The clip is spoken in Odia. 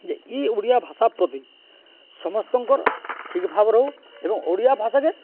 ଯେ ଇ ଓଡ଼ିଆ ଭାଷା ପ୍ରତି ସମସ୍ତଙ୍କର୍ ଠିକ୍ ଭାବ ରହୁ ଏବଂ ଓଡ଼ିଆ ଭାଷାକେ